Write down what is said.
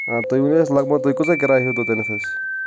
تُہۍ ؤنِو اسہِ لگ بَگ تُہۍ کۭژاہ کِراے ہیٚیِو توٚتانۍ اسہِ